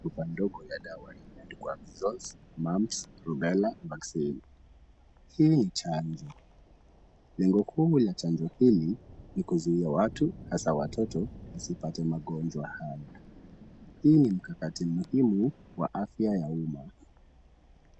Chupa ndogo ya dawa imeandikwa measles, mumps rubela vaccine . Hii ni chanjo. Lengo kubwa la chanjo hili ni kuzuia watu hasa watoto wasipate magonjwa haya. Hii ni mkakati muhimu wa afya ya uma.